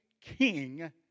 king